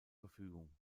verfügung